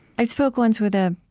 i spoke, once, with a